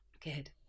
Good